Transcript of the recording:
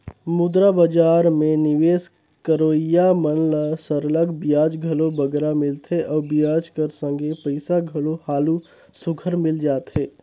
मुद्रा बजार में निवेस करोइया मन ल सरलग बियाज घलो बगरा मिलथे अउ बियाज कर संघे पइसा घलो हालु सुग्घर मिल जाथे